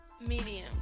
Medium